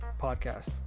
Podcast